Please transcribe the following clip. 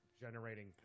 generating